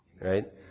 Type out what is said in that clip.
right